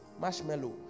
marshmallow